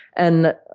and,